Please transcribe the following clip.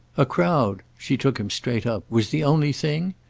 a crowd she took him straight up was the only thing?